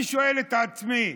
אני שואל את עצמי: